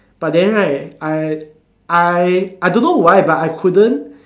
but then right I I I don't know why but I couldn't